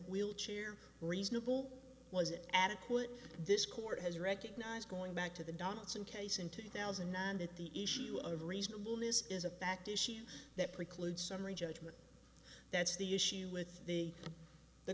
wheelchair reasonable wasn't adequate this court has recognized going back to the donaldson case in two thousand and nine that the issue of reasonableness is a fact issue that precludes summary judgment that's the issue with the the